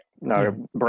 No